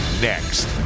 Next